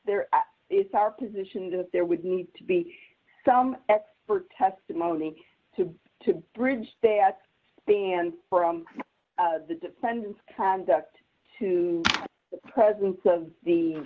there is our position that there would need to be some expert testimony to to bridge that spans from the defendant's conduct to the presence of the